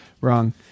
wrong